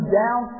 down